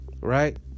Right